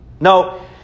No